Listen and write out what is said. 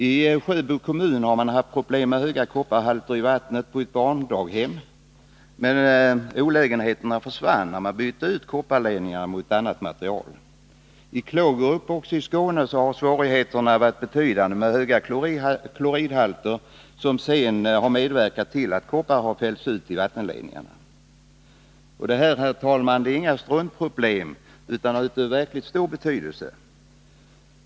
I Sjöby kommun har man haft problem med höga kopparhalter i vattnet på ett barndaghem, men olägenheterna försvann när man bytte ut kopparledningarna mot ledningar av annat material. I Klågerup i Skåne har svårigheterna också varit betydande med höga kloridhalter som medverkat till att koppar utlösts från vattenledningarna. Detta är inga struntproblem, utan problem av stor betydelse.